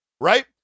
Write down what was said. right